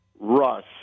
Russ